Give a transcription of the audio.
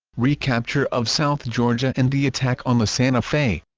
recapture of south georgia and the attack on the santa fe